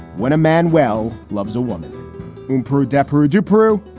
when a man well loves a woman in peru, deborah de peru.